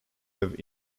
have